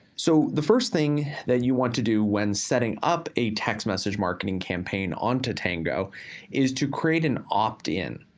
so the first thing that you want to do when setting up a text message marketing campaign on tatango is to create an opt-in.